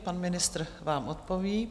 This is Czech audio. Pan ministr vám odpoví.